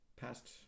past